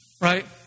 right